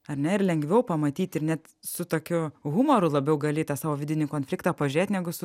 ar ne ir lengviau pamatyti ir net su tokiu humoru labiau gali tą savo vidinį konfliktą pažiūrėt negu su